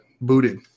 booted